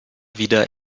wieder